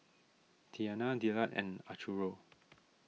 Tianna Dillard and Arturo